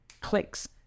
clicks